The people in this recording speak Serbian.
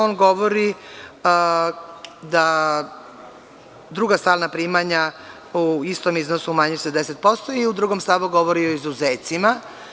On govori da druga stalna primanja u istom iznosu umanjuju se 10% i u drugom stavu govori o izuzecima.